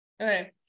Okay